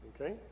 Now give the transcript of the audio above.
okay